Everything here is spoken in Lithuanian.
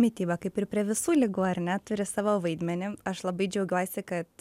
mityba kaip ir prie visų ligų ar ne turi savo vaidmenį aš labai džiaugiuosi kad